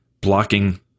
blocking